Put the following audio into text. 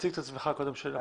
להבין דבר אחד,